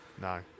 no